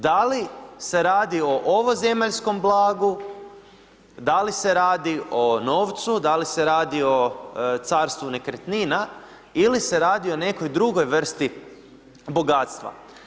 Da li se radi o ovozemaljskom blagu, da li se radi o novcu, da li se radi o carstvu nekretnina ili se radi o nekoj drugoj vrsti bogatstva.